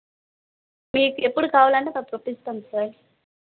మీకు ఎప్పుడు కావాలంటే అప్పుడు పంపిస్తాం సార్